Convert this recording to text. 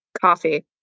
Coffee